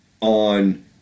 on